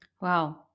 Wow